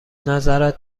نظرت